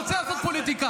הוא רוצה לעשות פוליטיקה.